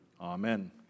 Amen